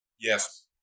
Yes